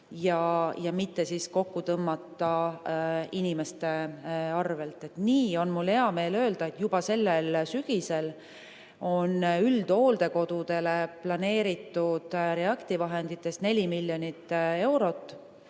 mitte kokku tõmmata inimeste arvel. Nii on mul hea meel öelda, et juba sellel sügisel on üldhooldekodudele planeeritud REACT‑i vahenditest 4 miljonit eurot,